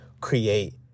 create